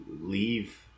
leave